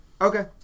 Okay